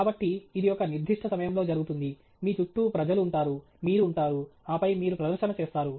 కాబట్టి ఇది ఒక నిర్దిష్ట సమయంలో జరుగుతుంది మీ చుట్టూ ప్రజలు ఉంటారు మీరు ఉంటారు ఆపై మీరు ప్రదర్శన చేస్తారు